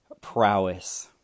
prowess